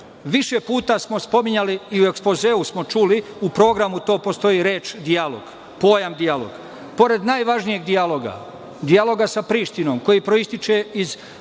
puta smo spominjali i u ekspozeu smo čuli, u programu postoji reč – dijalog, pojam – dijalog. Pored najvažnijeg dijaloga, dijaloga sa Prištinom koji proističe iz